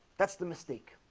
that's the mistake